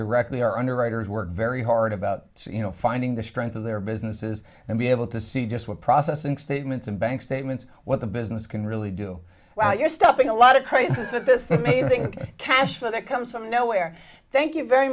directly or underwriters work very hard about you know finding the strength of their businesses and be able to see just what processing statements and bank statements what the business can really do while you're stopping a lot of crisis at this amazing cash flow that comes from nowhere thank you very